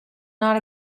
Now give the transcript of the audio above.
not